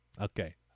okay